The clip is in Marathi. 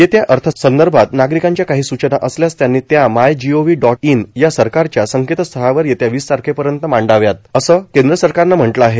येत्या अर्थसंकल्पासंदर्भात नागरिकांच्या काही सूचना असल्यास त्यांनी त्या मायजीओव्ही डॉट इन या सरकारच्या संकेतस्थळावर येत्या वीस तारखेपर्यंत मांडाव्यात असं केंद्र सरकारनं म्हटलं आहे